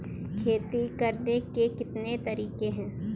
खेती करने के कितने तरीके हैं?